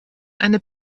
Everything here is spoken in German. eine